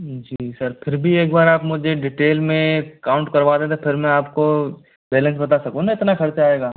जी sir फिर भी एक बार आप मुझे डिटेल में काउंट करवा दे तो फिर मैं आपको बैलेंस बता सकूँ ना इतना खर्चा आएगा